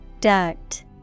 Duct